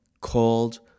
called